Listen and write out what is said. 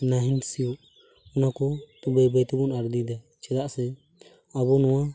ᱱᱟᱦᱮᱞ ᱥᱤᱭᱩᱜ ᱚᱱᱟᱠᱚ ᱵᱟᱹᱭ ᱵᱟᱹᱭ ᱛᱮᱵᱚᱱ ᱟᱫ ᱤᱫᱤᱭᱮᱫᱟ ᱪᱮᱫᱟᱜ ᱥᱮ ᱟᱵᱚ ᱱᱚᱣᱟ